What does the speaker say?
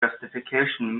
justification